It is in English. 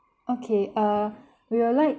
okay uh we will like